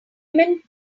women